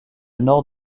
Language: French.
nord